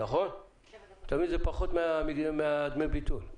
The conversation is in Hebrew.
זה פחות מדמי הביטול.